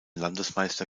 landesmeister